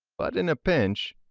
but in a pinch,